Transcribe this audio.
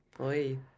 Oi